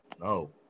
No